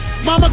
Mama